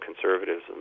conservatism